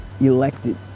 elected